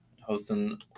hosting